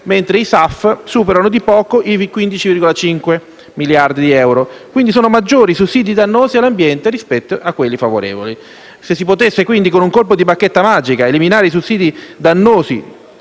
mentre i SAF superano di poco i 15,5 miliardi di euro. Sono maggiori i sussidi dannosi all'ambiente rispetto a quelli favorevoli. Se si potesse, con un colpo di bacchetta magica, eliminare i sussidi dannosi